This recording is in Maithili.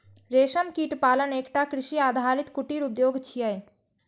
रेशम कीट पालन एकटा कृषि आधारित कुटीर उद्योग छियै